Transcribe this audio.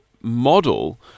model